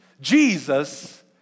Jesus